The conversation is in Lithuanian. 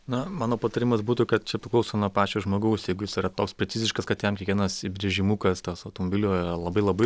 na mano patarimas būtų kad čia priklauso nuo pačio žmogaus jeigu jis yra toks preciziškas kad jam kiekvienas įbrėžimukas tas automobilio labai labai